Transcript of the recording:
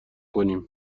کنیم